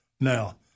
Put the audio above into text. now